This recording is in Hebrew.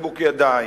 ולחיבוק ידיים.